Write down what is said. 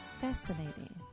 Fascinating